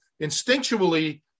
instinctually